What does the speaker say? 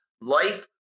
Life